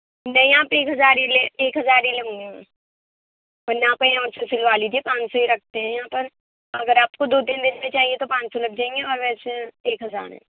نہیں آپ ایک ہزار ہی لے ایک ہزار ہی لوں گی میں ورنہ آپ کہیں اور سے سِلوا لیجیے پانچ سو ہی لگتے ہیں یہاں پر اگر آپ کو دو تین دِن میں چاہیے تو پانچ سو لگ جائیں اور ویسے ایک ہزار ہے